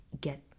get